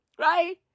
Right